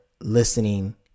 listening